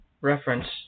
reference